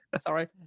Sorry